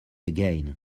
again